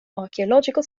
archaeological